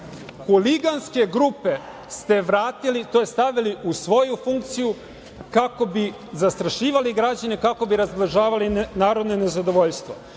Huliganske grupe ste vratili tj. stavili u svoju funkciju kako bi zastrašivali građane i kako bi razmnožavali narodno nezadovoljstvo.